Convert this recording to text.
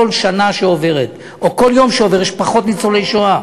כל שנה שעוברת או כל יום שעובר יש פחות ניצולי שואה.